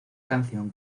canción